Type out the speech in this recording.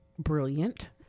brilliant